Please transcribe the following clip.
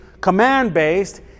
command-based